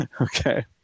Okay